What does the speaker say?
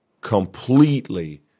completely